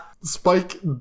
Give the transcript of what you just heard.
Spike